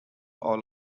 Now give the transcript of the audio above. all